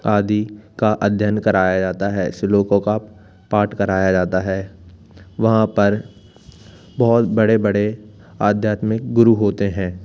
आदि का अध्ययन कराया जाता है श्लोकों का पाठ कराया जाता है वहाँ पर बहुत बड़े बडे़ आध्यात्मिक गुरू होते हैं